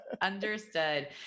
Understood